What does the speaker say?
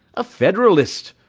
a federalist!